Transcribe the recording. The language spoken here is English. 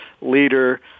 leader